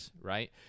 right